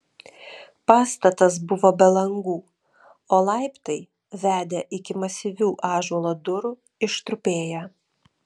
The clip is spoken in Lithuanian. pastatas buvo be langų o laiptai vedę iki masyvių ąžuolo durų ištrupėję